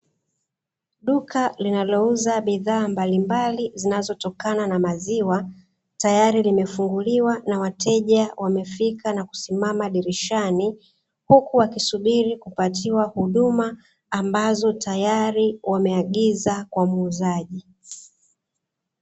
Duka linalouza bidhaa mbalimbali zinazotokana na maziwa, tayari limefunguliwa na wateja wamefika na kusimama dirishani, huku wakisubiri kupatiwa huduma ambazo tayari wameagiza kwa muuzaji.